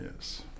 Yes